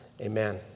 Amen